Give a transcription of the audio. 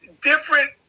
different